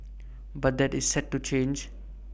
but that is set to change